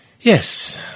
Yes